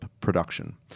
production